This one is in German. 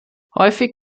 häufig